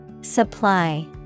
Supply